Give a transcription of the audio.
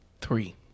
Three